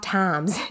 times